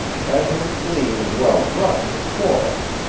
have him clean and well brushed, of course.